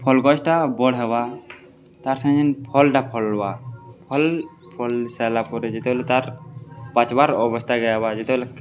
ଫଲ୍ ଗଛଟା ବଡ଼ ହେବା ତାର୍ ସାଙ୍ଗେ ଯେନ୍ ଫଲଟା ଫଲ୍ବା ଫଲ୍ ଫଲ୍ସାରିଲଲା ପରେ ଯେତେବେଲେ ତାର୍ ପାଞ୍ଚବାର ଅବସ୍ତା ଗଆବା ଯେତେବେଲେ